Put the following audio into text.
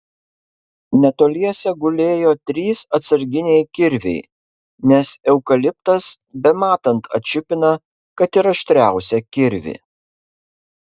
netoliese gulėjo trys atsarginiai kirviai nes eukaliptas bematant atšipina kad ir aštriausią kirvį